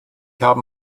haben